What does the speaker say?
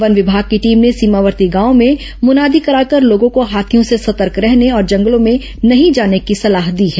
one विभाग की team ने सीमावर्ती गांवों में मुनादी कराकर लोगों को हाथियों से सतर्क रहने और जंगलों में नहीं जाने की सलाह दी है